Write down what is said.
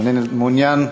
מעוניין לדבר?